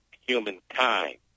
humankind